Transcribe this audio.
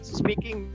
speaking